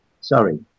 sorry